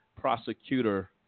prosecutor